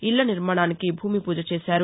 ఇళ్ల నిర్మాణానికి భూమి ఫూజ చేశారు